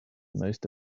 most